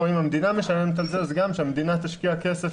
או אם המדינה משלמת אז זה גם שהמדינה תשקיע כסף